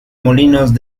molinos